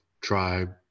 tribe